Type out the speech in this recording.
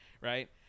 right